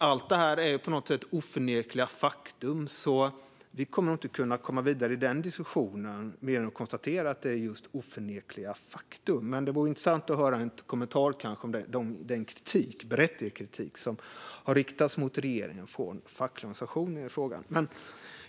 Allt detta är på något sätt oförnekliga faktum, så vi kommer nog inte att kunna komma vidare i den diskussionen utan får bara konstatera att det är just oförnekliga faktum. Men det vore intressant att höra en kommentar om den berättigade kritik som har riktats mot regeringen från fackliga organisationer i frågan.